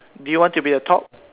do you want to be a top